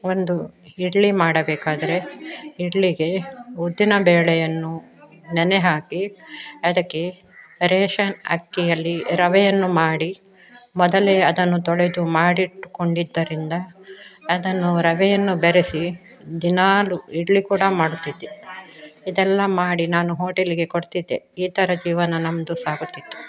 ಒಂದು ಇಡ್ಲಿ ಮಾಡಬೇಕಾದರೆ ಇಡ್ಲಿಗೆ ಉದ್ದಿನಬೇಳೆಯನ್ನು ನೆನೆಹಾಕಿ ಅದಕ್ಕೆ ರೇಷನ್ ಅಕ್ಕಿಯಲ್ಲಿ ರವೆಯನ್ನು ಮಾಡಿ ಮೊದಲೇ ಅದನ್ನು ತೊಳೆದು ಮಾಡಿಟ್ಟುಕೊಂಡಿದ್ದರಿಂದ ಅದನ್ನು ರವೆಯನ್ನು ಬೆರಸಿ ದಿನಾಲು ಇಡ್ಲಿ ಕೂಡ ಮಾಡುತ್ತಿದ್ದೆ ಇದೆಲ್ಲ ಮಾಡಿ ನಾನು ಹೋಟೆಲಿಗೆ ಕೊಡ್ತಿದ್ದೆ ಈ ಥರ ಜೀವನ ನಮ್ಮದು ಸಾಗುತ್ತಿತ್ತು